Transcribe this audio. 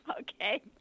Okay